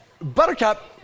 Buttercup